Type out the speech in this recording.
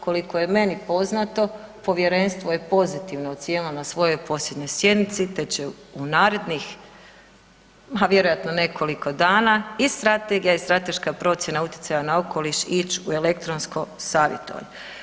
Koliko je meni poznato povjerenstvo je pozitivno ocijenilo na svojoj posljednjoj sjednici te će u narednih, a vjerojatno nekoliko dana, i strategija i Strateška procjena utjecaja na okoliš ić u elektronsko savjetovanje.